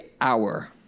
hour